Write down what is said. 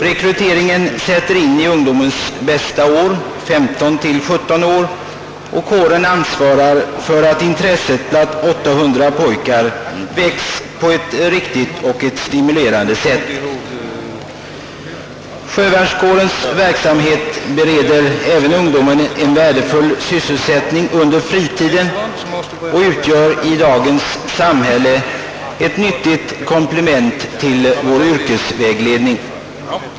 Rekryteringen sätter in i de bästa ungdomsåren, 15—17 år, och kåren ansvarar för att intresset väcks på ett riktigt och stimulerande sätt hos 300 pojkar. Sjövärnskårens verksamhet ger också ungdomen en värdefull sysselsättning under fritiden och utgör i dagens samhälle ett nyttigt komplement till vår yrkesvägledning.